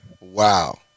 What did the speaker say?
Wow